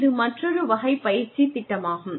இது மற்றொரு வகை பயிற்சித் திட்டமாகும்